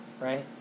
right